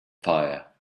fire